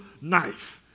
knife